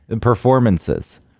performances